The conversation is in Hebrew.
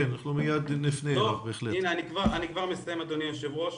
אני כבר מסיים אדוני היושב ראש,